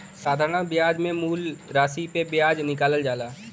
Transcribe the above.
साधारण बियाज मे मूल रासी पे बियाज निकालल जाला